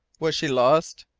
was she lost?